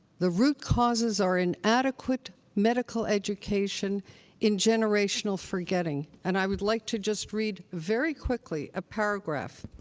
the root causes are inadequate medical education in generational forgetting. and i would like to just read, very quickly, a paragraph.